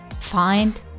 find